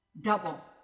Double